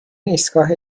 ایستگاه